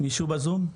מישהו בזום?